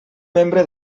membre